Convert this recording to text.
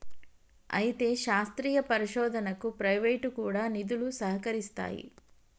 అయితే శాస్త్రీయ పరిశోధనకు ప్రైవేటు కూడా నిధులు సహకరిస్తాయి